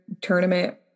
Tournament